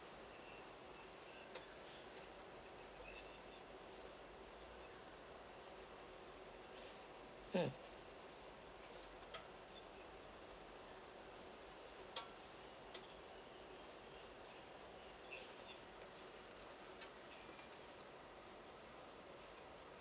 mm